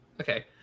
okay